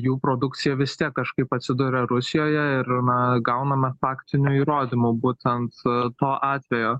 jų produkcija vis tiek kažkaip atsiduria rusijoje ir na gauname faktinių įrodymų būtent to atvejo